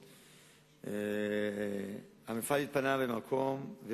המפעל התפנה מהמקום.